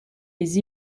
les